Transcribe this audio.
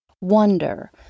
Wonder